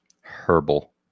Herbal